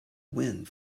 wind